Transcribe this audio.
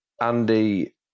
Andy